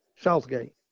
Southgate